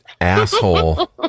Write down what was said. asshole